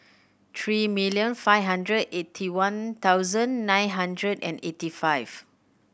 three million five hundred eighty one thousand nine hundred and eighty five